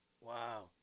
Wow